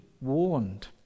warned